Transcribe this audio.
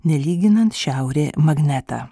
nelyginant šiaurė magnetą